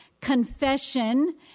confession